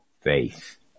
faith